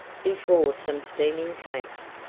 before some steaming cakes,